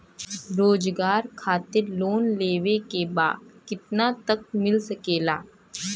रोजगार खातिर लोन लेवेके बा कितना तक मिल सकेला?